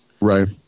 Right